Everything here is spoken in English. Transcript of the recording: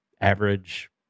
average